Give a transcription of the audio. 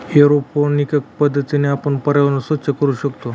aeroponic पद्धतीने आपण पर्यावरण स्वच्छ करू शकतो